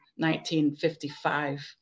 1955